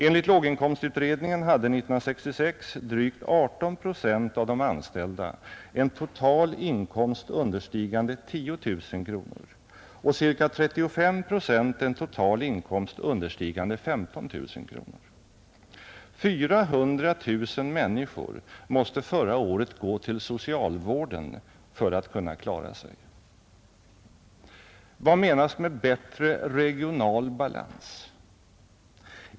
Enligt låginkomstutredningen hade 1966 drygt 18 procent av de anställda en total inkomst understigande 10 000 kronor och ca 35 procent en total inkomst understigande 15 000 kronor. 400 000 människor måste förra året gå till socialvården för att kunna klara sig. Vad menas med bättre regional balans?